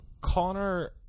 Connor